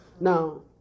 Now